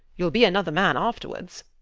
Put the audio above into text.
you'll be another man afterwards.